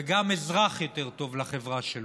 וגם אזרח יותר טוב לחברה שלו.